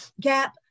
gap